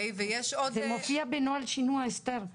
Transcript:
זה מופיע בנוהל שינוע, אסתר.